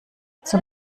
zum